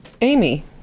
Amy